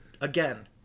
again